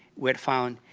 were found.